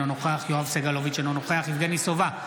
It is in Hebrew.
אינו נוכח יואב סגלוביץ' אינו נוכח יבגני סובה,